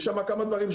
יש שם כמה דברים,